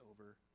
over